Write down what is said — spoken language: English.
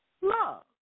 Love